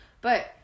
But-